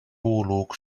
look